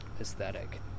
aesthetic